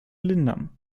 lindern